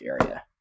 area